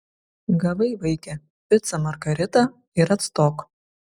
gavai vaike picą margaritą ir atstok